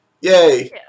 Yay